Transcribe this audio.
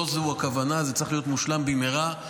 לא זו הכוונה, זה צריך להיות מושלם במהרה.